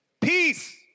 peace